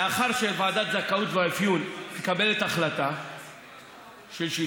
לאחר שוועדת הזכאות והאפיון מקבלת החלטה על שילוב,